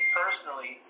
personally